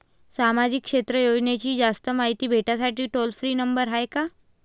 सामाजिक क्षेत्र योजनेची जास्त मायती भेटासाठी टोल फ्री नंबर हाय का?